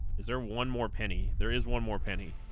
is there one more penny there is one more penny